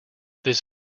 this